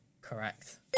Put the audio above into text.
Correct